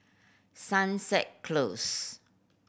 Sunset Close